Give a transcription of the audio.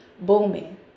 booming